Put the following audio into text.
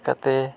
ᱪᱤᱠᱟᱹᱛᱮ